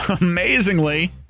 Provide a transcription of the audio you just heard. Amazingly